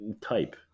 type